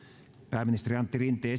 pääministeri antti rinteen